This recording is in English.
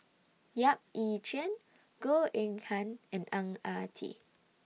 Yap Ee Chian Goh Eng Han and Ang Ah Tee